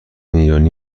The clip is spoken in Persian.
ایرانی